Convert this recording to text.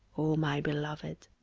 o my beloved.